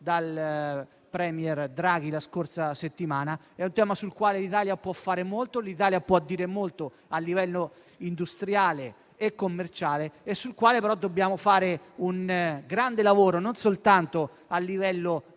dal *premier* Draghi la scorsa settimana. È un tema sul quale l'Italia può fare e dire molto a livello industriale e commerciale, ma sul quale dobbiamo fare un grande lavoro non soltanto a livello di